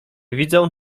widzą